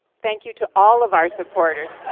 thank you to all of our supporters.